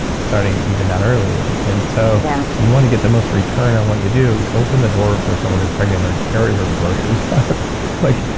starting even that early and and so yeah you want to get the most return on what you do, you open the door for someone who's pregnant, or carry her groceries out. like